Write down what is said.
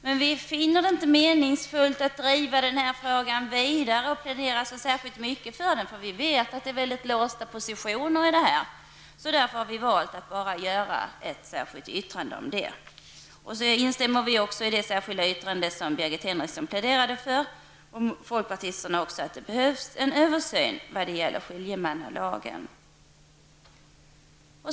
Men vi anser inte att det är meningsfullt att driva frågan vidare eller att plädera särskilt mycket för den, eftersom positionerna är mycket låsta. Vi har således valt att framställa ett särskilt yttrande i det här sammanhanget. Sedan instämmer vi i det särskilda yttrande som Birgit Henriksson och folkpartisterna pläderar för. Det behövs en översyn vad gäller skiljemannalagen.